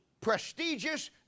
prestigious